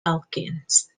elkins